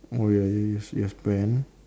oh ya U_S U_S brand